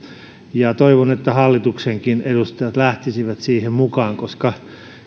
ja toivon että hallituksenkin edustajat lähtisivät siihen mukaan koska